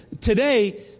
today